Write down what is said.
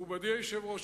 מכובדי היושב-ראש,